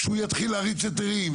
כשהוא יתחיל להריץ היתרים,